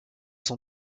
son